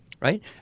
right